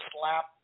slap